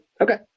okay